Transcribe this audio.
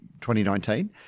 2019